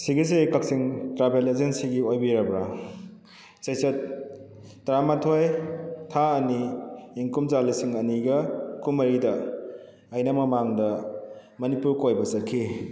ꯁꯤꯒꯤꯁꯦ ꯀꯛꯆꯤꯡ ꯇ꯭ꯔꯥꯕꯦꯜ ꯑꯦꯖꯦꯟꯁꯤꯒꯤ ꯑꯣꯏꯕꯤꯔꯕ꯭ꯔꯥ ꯆꯩꯆꯠ ꯇꯔꯥ ꯃꯥꯊꯣꯏ ꯊꯥ ꯑꯅꯤ ꯏꯪ ꯀꯨꯝꯖꯥ ꯂꯤꯁꯤꯡ ꯑꯅꯤꯒ ꯀꯨꯟꯃꯔꯤꯗ ꯑꯩꯅ ꯃꯃꯥꯡꯗ ꯃꯅꯤꯄꯨꯔ ꯀꯣꯏꯕ ꯆꯠꯈꯤ